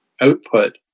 output